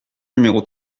numéro